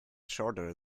shorter